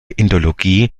indologie